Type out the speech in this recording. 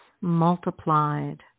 multiplied